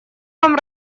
вам